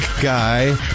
guy